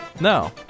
No